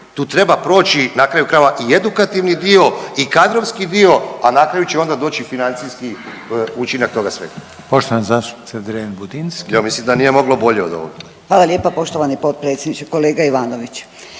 Tu treba proći na kraju krajeva i edukativni dio i kadrovski dio, a na kraju će onda doći i financijski učinak toga svega.